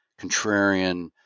contrarian